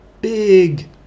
big